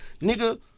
Nigga